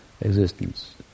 existence